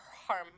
harm